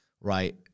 right